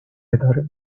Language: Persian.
اداره